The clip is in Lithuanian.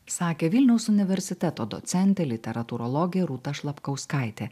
sakė vilniaus universiteto docentė literatūrologė rūta šlapkauskaitė